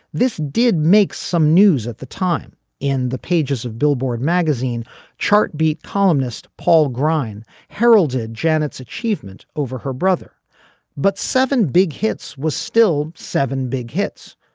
this did make some news at the time in the pages of billboard magazine chart beat columnist paul green heralded janet's achievement over her brother but seven big hits was still seven big hits.